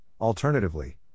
alternatively